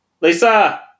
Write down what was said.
Lisa